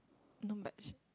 no but sh~